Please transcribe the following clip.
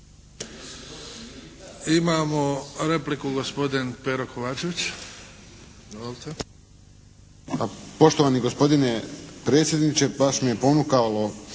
Imamo repliku gospodin Pero Kovačević.